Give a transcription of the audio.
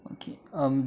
okay um